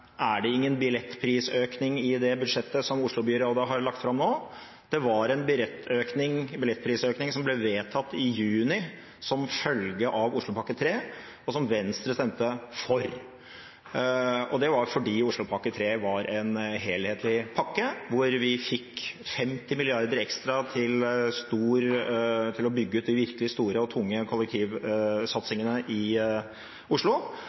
er det ingen billettprisøkning i det budsjettet som Oslo-byrådet har lagt fram nå. Det var en billettprisøkning som ble vedtatt i juni som følge av Oslopakke 3, og som Venstre stemte for. Det var fordi Oslopakke 3 var en helhetlig pakke, hvor vi fikk 50 mrd. kr ekstra til å bygge ut de virkelig store og tunge kollektivsatsingene i Oslo.